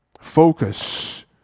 Focus